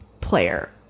player